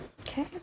Okay